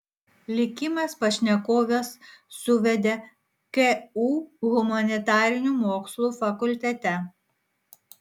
likimas pašnekoves suvedė ku humanitarinių mokslų fakultete